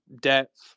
depth